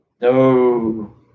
No